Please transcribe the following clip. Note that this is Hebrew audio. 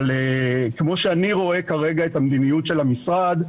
אבל כמו שאני רואה כרגע את המדיניות של המשרד,